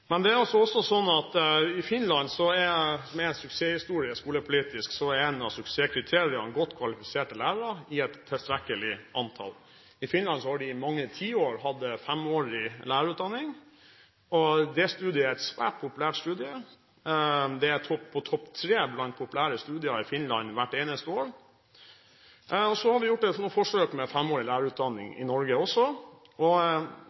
I Finland, med suksesshistorie skolepolitisk, er én av suksesskriteriene godt kvalifiserte lærere i et tilstrekkelig antall. I Finland har de i mange tiår hatt femårig lærerutdanning. Det studiet er svært populært, det er på topp tre blant populære studier i Finland hvert eneste år. Vi har gjort et forsøk med femårig lærerutdanning i Norge også. Der er det til dels stor oversøkning også til de norske femårige masterprogrammene for lærerutdanning.